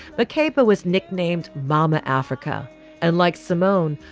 but capa was nicknamed mama africa and like somone,